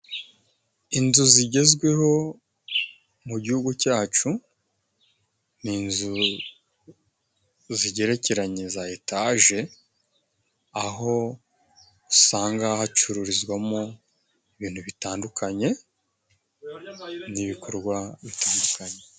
Inzu zigezweho mu Gihugu cyacu, ni inzu zigerekeranye za etaje, aho usanga hacururizwamo ibintu bitandukanye n'ibikorwa bitandukanye.